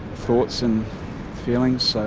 thoughts and feelings so